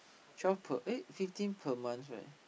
twelve per eh fifteen per month right